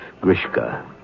Grishka